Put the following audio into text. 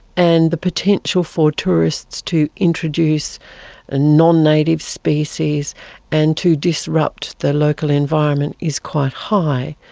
and the potential for tourists to introduce ah non-native species and to disrupt the local environment is quite high.